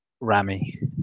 Rami